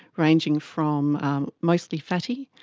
ranging from mostly fatty,